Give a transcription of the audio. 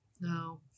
no